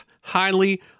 highly